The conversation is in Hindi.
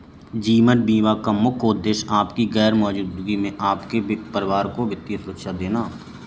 जीवन बीमा का मुख्य उद्देश्य आपकी गैर मौजूदगी में आपके परिवार को वित्तीय सुरक्षा देना